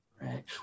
right